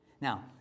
Now